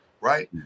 right